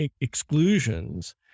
exclusions